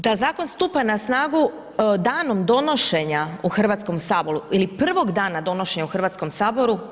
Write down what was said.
Da zakon stupa na snagu danom donošenja u Hrvatskom saboru ili prvog dana donošenja u Hrvatskom saboru.